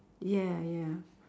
ya ya